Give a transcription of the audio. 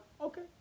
okay